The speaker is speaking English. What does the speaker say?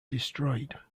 destroyed